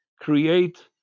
create